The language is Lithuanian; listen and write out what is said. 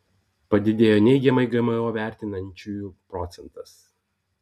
padidėjo neigiamai gmo vertinančiųjų procentas